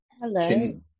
Hello